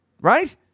Right